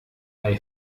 bei